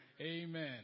Amen